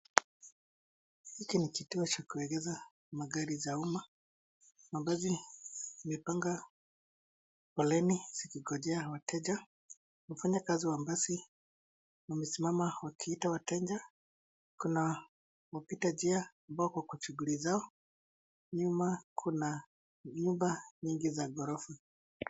Hiki ni kituo cha kuegesha magari za umma. Mabasi imepanga foleni zikingojea wateja. Wafanyakazi wa basi, wamesimama wakiita wateja. Kuna wapita njia ambao wako kwa shughuli zao. Nyuma kuna nyumba nyingi za ghorofa.